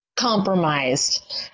Compromised